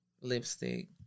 lipstick